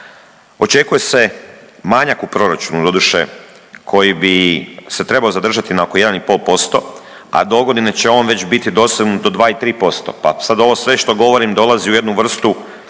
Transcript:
Očekuje se manjak u proračunu doduše koji bi se trebao zadržati na oko 1,5%, a dogodine će on već bit dosegnut do 2 i 3%, pa sad ovo sve što govorim dolazi u jednu vrstu